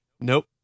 nope